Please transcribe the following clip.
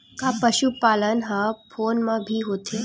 का पशुपालन ह फोन म भी होथे?